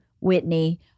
whitney